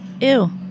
Ew